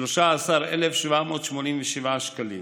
13,875 שקלים,